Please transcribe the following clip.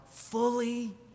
fully